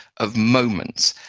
of moments.